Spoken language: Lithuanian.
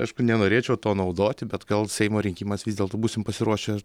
aišku nenorėčiau to naudoti bet gal seimo rinkimams vis dėlto būsim pasiruošę